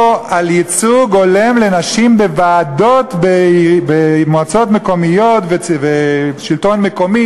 על ייצוג הולם לנשים בוועדות במועצות מקומיות ובשלטון מקומי